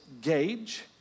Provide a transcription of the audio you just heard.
gauge